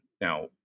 now